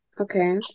Okay